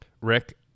Rick